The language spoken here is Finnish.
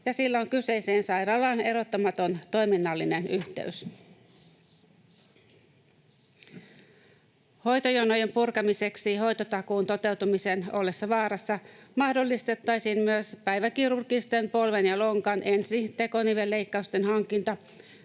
sillä on kyseiseen sairaalaan erottamaton toiminnallinen yhteys. Hoitojonojen purkamiseksi hoitotakuun toteutumisen ollessa vaarassa mahdollistettaisiin myös päiväkirurgisten polven ja lonkan ensitekonivelleikkausten hankinta